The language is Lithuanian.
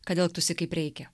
kad elgtųsi kaip reikia